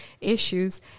issues